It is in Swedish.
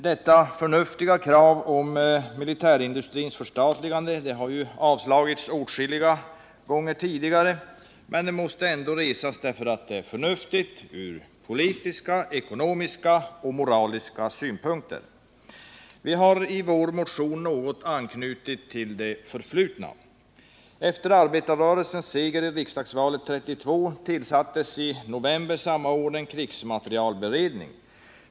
Detta förnuftiga krav på militärindustrins förstatligande har avslagits åtskilliga gånger tidigare, men det måste ändå resas på nytt därför att det är förnuftigt från politiska, ekonomiska och moraliska synpunkter. Vi har i vår motion något anknutit till det förflutna. Efter arbetarrörelsens seger i riksdagsvalet 1932 tillsattes i november samma år en krigsmaterielberedning.